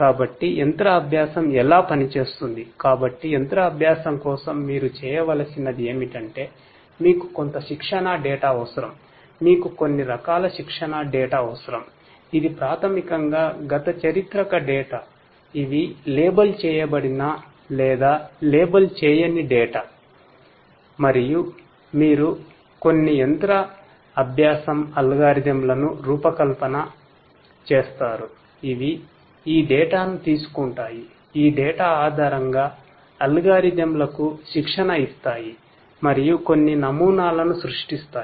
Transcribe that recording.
కాబట్టి machine learning లకు శిక్షణ ఇస్తాయి మరియు కొన్ని నమూనాలను సృష్టిస్తాయి